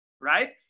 right